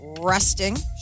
resting